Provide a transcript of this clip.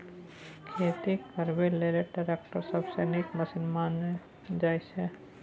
खेती करबा लेल टैक्टर सबसँ नीक मशीन मानल जाइ छै